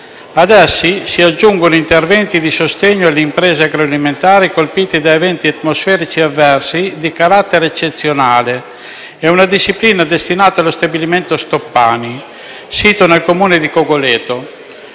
A essi si aggiungono interventi di sostegno alle imprese agroalimentari colpite da eventi atmosferici avversi di carattere eccezionale e una disciplina destinata allo stabilimento Stoppani, sito nel Comune di Cogoleto.